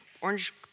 orange